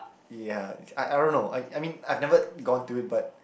ya I I don't know I I mean I've never gone to it but